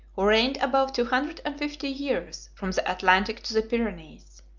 who reigned above two hundred and fifty years from the atlantic to the pyrenees.